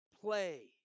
play